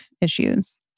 issues